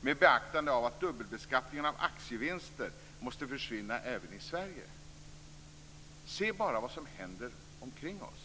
med beaktande av att dubbelbeskattningen av aktievinster måste försvinna även i Sverige. Se bara vad som händer omkring oss!